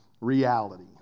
reality